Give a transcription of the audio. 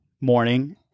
morning